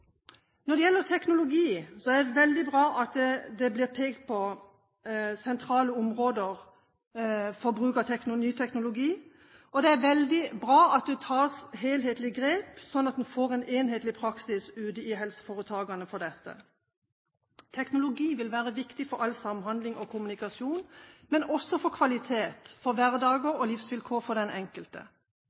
Når det gjelder teknologi, er det veldig bra at det blir pekt på sentrale områder for bruk av ny teknologi. Det er veldig bra at det tas helhetlig grep, slik at en får en enhetlig praksis ute i helseforetakene på dette. Teknologi vil være viktig for all samhandling og kommunikasjon, men også for kvalitet, for hverdager og livsvilkår for den enkelte.